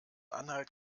anhalt